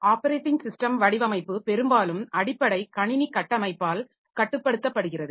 operating system வடிவமைப்பு பெரும்பாலும் அடிப்படை கணினி கட்டமைப்பால் கட்டுப்படுத்தப்படுகிறது